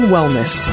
Wellness